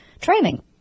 training